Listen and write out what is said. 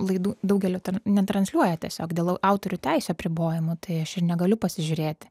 laidų daugelio netransliuoja tiesiog dėl autorių teisių apribojimų tai aš ir negaliu pasižiūrėti